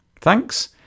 Thanks